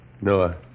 Noah